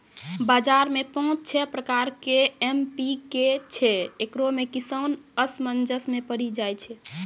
बाजार मे पाँच छह प्रकार के एम.पी.के छैय, इकरो मे किसान असमंजस मे पड़ी जाय छैय?